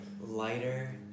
lighter